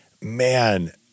man